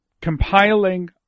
compiling